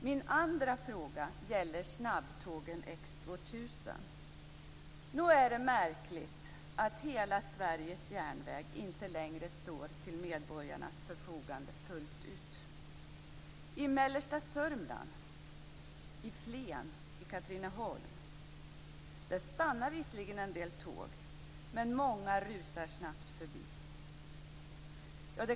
Min andra fråga gäller snabbtågen mellersta Sörmland, Flen och Katrineholm, stannar visserligen en del tåg, men många rusar snabbt förbi.